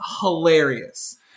hilarious